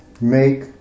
make